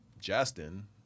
Justin